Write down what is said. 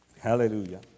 Hallelujah